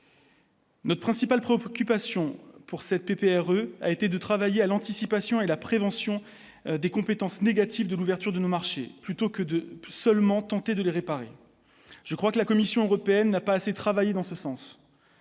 Notre principale préoccupation pour cette PPR a été de travailler à l'anticipation et la prévention des compétences négatifs de l'ouverture de nos marchés plutôt que de seulement tenté de les réparer, je crois que la Commission européenne n'a pas assez travaillé dans ce sens,